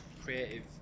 Creative